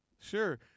Sure